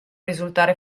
risultare